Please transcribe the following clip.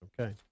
Okay